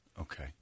Okay